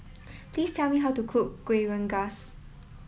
please tell me how to cook Kueh Rengas